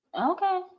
Okay